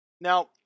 Now